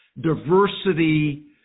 diversity